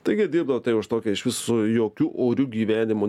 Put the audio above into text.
taigi dirbdavo tai už tokią iš viso su jokiu oriu gyvenimu